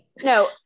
No